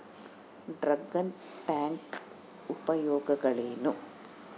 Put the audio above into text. Dragon tank ಉಪಯೋಗಗಳೇನು?